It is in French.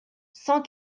cent